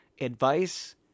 advice